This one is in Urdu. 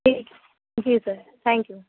ٹھیک جی سر تھینک یو